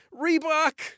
Reebok